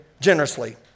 generously